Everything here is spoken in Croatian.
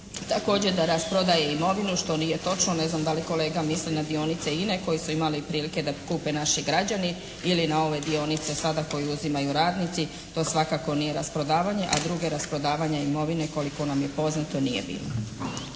Također, da rasprodaje imovinu što nije točno. Ne znam da li kolega misli na dionice INA-e koje su imali prilike da kupe naši građani ili na ove dionice sada koje uzimaju radnici. To svakako nije rasprodavanje a drugog rasprodavanja imovine koliko nam je poznato nije bilo.